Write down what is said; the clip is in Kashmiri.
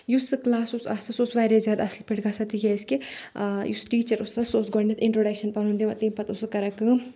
یُس سُہ کلاس اوس آسان سُہ اوس واریاہ زیادٕ اَصل پٲٹھۍ گژھان تِکیازِ کہِ یُس ٹیٖچَر اوس آسان سُہ اوس گۄڈنؠتھ اِنٹروڈکشن پَنُن دِوان تمہِ پَتہٕ اوس سُہ کَران کٲم